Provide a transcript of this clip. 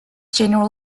general